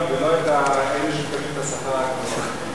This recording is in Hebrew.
ולא את אלה שמקבלים את השכר הגבוה.